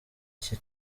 cye